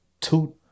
two